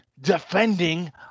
defending